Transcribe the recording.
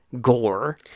gore